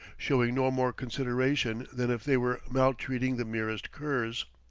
showing no more consideration than if they were maltreating the merest curs.